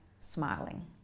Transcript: smiling